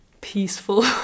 peaceful